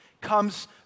comes